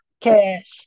cash